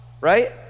Right